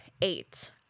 eight